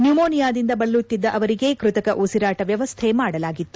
ನ್ಯುಮೋನಿಯಾದಿಂದ ಬಳಲುತ್ತಿದ್ದ ಅವರಿಗೆ ಕೃತಕ ಉಪಿರಾಟ ವ್ಯವಸ್ಥೆ ಮಾಡಲಾಗಿತ್ತು